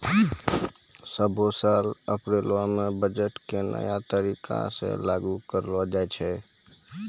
सभ्भे साल अप्रैलो मे बजट के नया तरीका से लागू करलो जाय छै